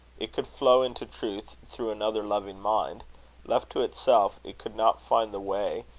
it could flow into truth through another loving mind left to itself, it could not find the way,